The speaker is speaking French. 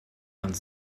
vingt